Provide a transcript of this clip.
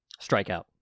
Strikeout